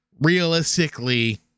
realistically